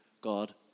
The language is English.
God